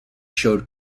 showed